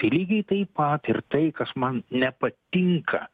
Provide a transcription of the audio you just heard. tai lygiai taip pat ir tai kas man nepatinka